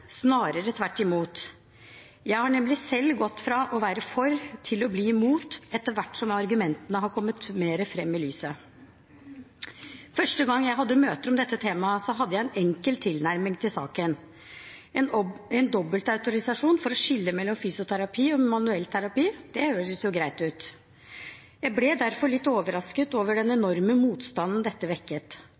snarere tvert imot. Jeg har nemlig selv gått fra å være for til å bli imot etter hvert som argumentene har kommet mer fram i lyset. Første gang jeg hadde møter om dette temaet, hadde jeg en enkel tilnærming til saken. En dobbeltautorisasjon for å skille mellom fysioterapi og manuellterapi hørtes greit ut. Jeg ble derfor litt overrasket over den enorme motstanden dette vekket.